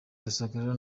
rusagara